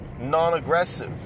non-aggressive